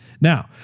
Now